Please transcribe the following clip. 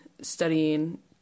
studying